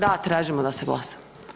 Da, tražimo da se glasa.